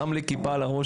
שם לי כיפה על הראש,